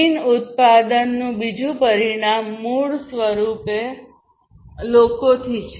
લીન ઉત્પાદનનું બીજું પરિમાણ મૂળરૂપે લોકોથી છે